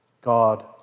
God